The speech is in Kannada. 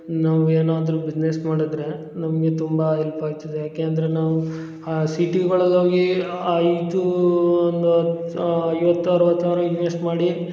ನಾವು ಏನಾದರು ಬಿಸ್ನೆಸ್ ಮಾಡಿದ್ರೆ ನಮಗೆ ತುಂಬ ಹೆಲ್ಪ್ ಆಗ್ತದೆ ಯಾಕೆ ಅಂದರೆ ನಾವು ಆ ಸಿಟಿಗಳಲ್ಲೋಗಿ ಆ ಇದು ಒಂದು ಹತ್ತು ಸಾ ಐವತ್ತು ಅರವತ್ತು ಸಾವಿರ ಇನ್ವೆಸ್ಟ್ ಮಾಡಿ